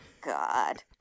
God